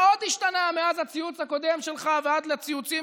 מה עוד השתנה מאז הציוץ הקודם שלך ועד לציוצים